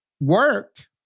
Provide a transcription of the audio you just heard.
work